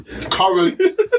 current